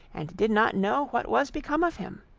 and did not know what was become of him.